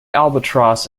albatross